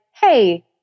hey